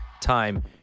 time